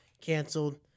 canceled